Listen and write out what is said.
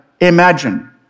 imagine